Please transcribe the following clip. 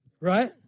Right